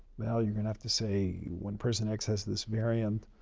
well, you're going to have to say, when person x has this variant